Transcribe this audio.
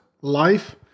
Life